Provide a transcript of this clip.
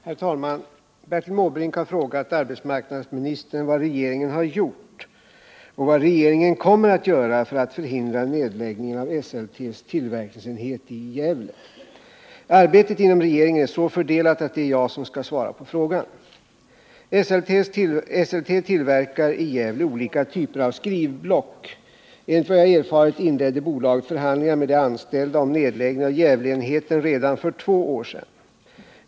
Herr talman! Bertil Måbrink har frågat arbetsmarknadsministern vad regeringen har gjort och vad regeringen kommer att göra för att förhindra nedläggningen av Esseltes tillverkningsenhet i Gävle. Arbetet inom regeringen är så fördelat att det är jag som skall svara på frågan. Esselte tillverkar i Gävle olika typer av skrivblock. Enligt vad jag har erfarit inledde bolaget förhandlingar med de anställda om nedläggning av enheten i Gävle redan för två år sedan.